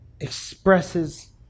expresses